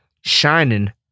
Shining